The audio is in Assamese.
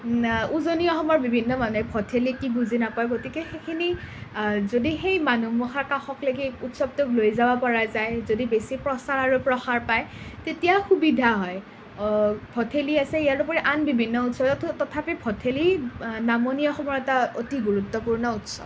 উজনি অসমৰ বিভিন্ন মানুহে ভঠেলি কি বুজি নাপায় গতিকে সেইখিনি যদি সেই মানুহমখাৰ কাষলৈকে উৎসৱটোক লৈ যাব পৰা যায় যদি বেছি প্ৰচাৰ আৰু প্ৰসাৰ পায় তেতিয়া সুবিধা হয় ভঠেলি আছে ইয়াৰ উপৰিও আন বিভিন্ন উৎসৱটো তথাপি ভঠেলি নামনি অসমৰ এটা অতি গুৰুত্বপূৰ্ণ উৎসৱ